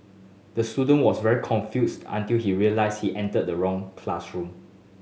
the student was very confused until he realised he entered the wrong classroom